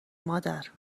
مادر